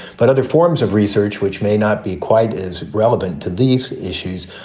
but other forms of research, which may not be quite as relevant to these issues,